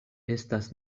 estas